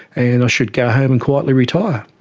and i should go home and quietly retire.